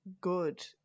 good